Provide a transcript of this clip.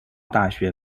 大学